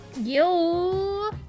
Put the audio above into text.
Yo